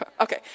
Okay